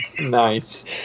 Nice